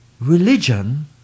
religion